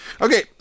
Okay